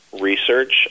research